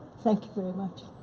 thank you very much.